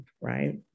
right